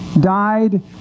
died